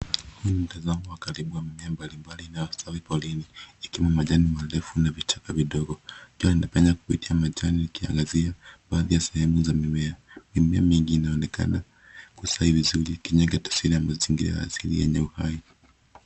Huu ni mtazamo wa karibu wa mimea mbali mbali inayostawi porini, ikiwemo majani marefu na vichaka vidogo. Jua inapenya kupitia majani ikiangazia baadhi ya sehemu za mimea. Mimea mingi inaonekana kusitawi vizuri ikionyesha taswira ya mazingiza ya asili yenye uhai.